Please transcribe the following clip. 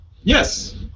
Yes